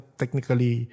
technically